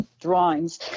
drawings